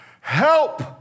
help